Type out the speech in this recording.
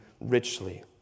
richly